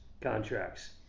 contracts